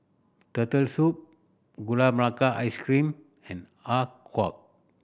Turtle Soup Gula Melaka Ice Cream and Har Kow